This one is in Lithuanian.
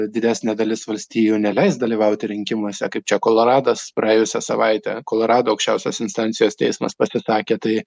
didesnė dalis valstijų neleis dalyvauti rinkimuose kaip čia koloradas praėjusią savaitę kolorado aukščiausios instancijos teismas pasisakė tai